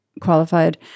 qualified